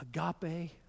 Agape